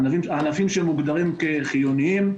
ענפים שמוגדרים כחיוניים,